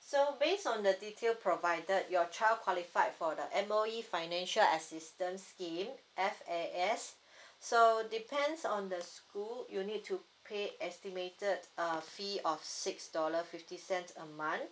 so based on the detail provided your child qualified for the M_O_E financial assistance scheme F_A_ S so depends on the school you need to pay estimated uh fee of six dollar fifty cents a month